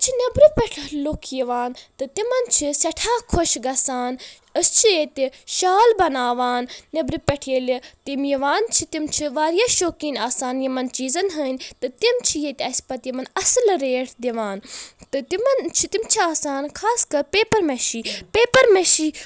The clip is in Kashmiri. تہٕ پتہٕ چھ نیٚبرٕ پٮ۪ٹھ لُکھ یِوان تہٕ تِمن چھ سٮ۪ٹھاہ خۄش گژھان أسۍ چھ ییٚتہِ شال بناوان نیٚبرٕ پٮ۪ٹھ ییٚلہِ تِم یِوان چھ تِم چھ واریاہ شوقیٖن آسان یِمن چیٖزن ہٕنٛدۍ تہٕ تِم چھ ییٚتہِ اسہِ پتہٕ اصل ریٹ دِوان تہٕ تِمن چھ تِم چھِ آسان خاص کر پیپر مأشی